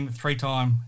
three-time